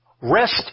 Rest